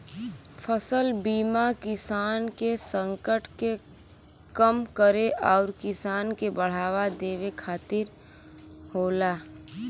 फसल बीमा किसान के संकट के कम करे आउर किसान के बढ़ावा देवे खातिर होला